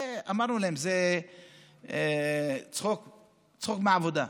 אמרנו להם: זה צחוק מהעבודה,